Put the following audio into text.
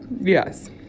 Yes